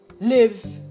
live